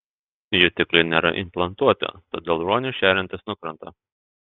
jutikliai nėra implantuoti todėl ruoniui šeriantis nukrenta